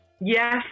yes